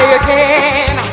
again